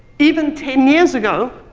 even ten years ago,